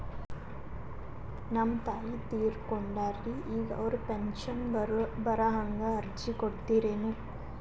ನಮ್ ತಾಯಿ ತೀರಕೊಂಡಾರ್ರಿ ಈಗ ಅವ್ರ ಪೆಂಶನ್ ಬರಹಂಗ ಅರ್ಜಿ ಕೊಡತೀರೆನು?